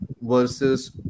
versus